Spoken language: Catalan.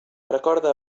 recorda